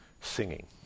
singing